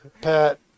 pat